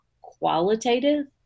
qualitative